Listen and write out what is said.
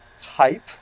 type